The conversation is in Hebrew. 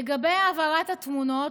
לגבי העברת התמונות,